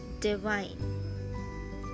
divine